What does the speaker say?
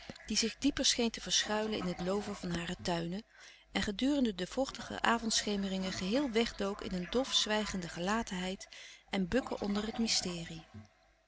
die zich dieper scheen te verschuilen in het loover van hare tuinen en gedurende de vochtige avondschemeringen geheel wegdook in een dof zwijgende gelatenheid en bukken onder het mysterie